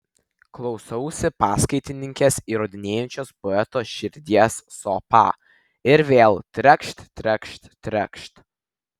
klausausi paskaitininkės įrodinėjančios poeto širdies sopą ir vėl trekšt trekšt trekšt